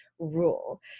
rule